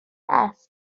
است